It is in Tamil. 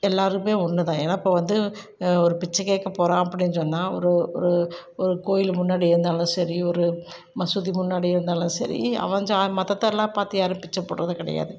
எல்லாருமே ஒன்று தான் ஏன்னா இப்போ வந்து ஒரு பிச்சை கேட்க போகறான் அப்படின்னு சொன்னா ஒரு ஒரு ஒரு கோயில் முன்னாடி இருந்தாலும் சரி ஒரு மசூதி முன்னாடியும் இருந்தாலும் சரி அவன் ஜா மதத்தெல்லாம் பார்த்து யாரும் பிச்சை போடுறது கிடையாது